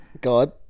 God